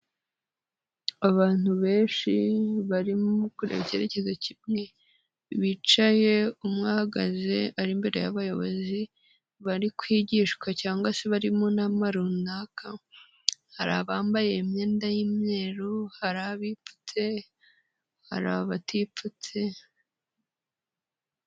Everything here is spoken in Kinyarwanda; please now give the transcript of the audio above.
Abantu benshi barimo kureba icyerekezo kimwe bicaye umwe ahagaze ari imbere y'abayobozi bari kwigishwa, cyangwa se bari mu nama runaka hari abambaye imyenda y'imyeru hari abipfutse hari abatipfutse,